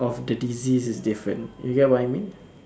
of the disease is different you get what I mean